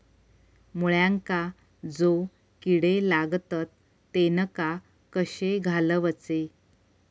मुळ्यांका जो किडे लागतात तेनका कशे घालवचे?